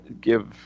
give